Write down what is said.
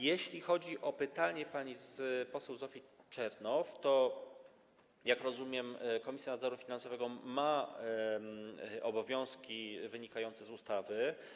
Jeśli chodzi o pytanie pani poseł Zofii Czernow, to, jak rozumiem, Komisja Nadzoru Finansowego ma obowiązki wynikające z ustawy.